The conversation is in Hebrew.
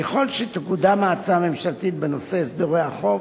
ככל שתקודם ההצעה הממשלתית בנושא הסדרי החוב,